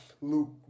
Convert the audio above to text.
luke